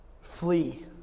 flee